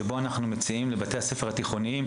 שבו אנחנו מציעים לבתי הספר התיכוניים,